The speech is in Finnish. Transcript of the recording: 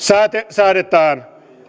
säädetään